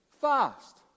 fast